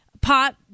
pot